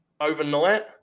overnight